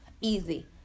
easy